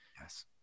Yes